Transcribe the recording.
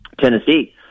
Tennessee